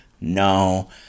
no